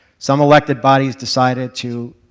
some elected bodies decided to